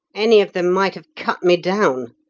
any of them might have cut me down,